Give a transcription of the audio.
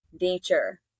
Nature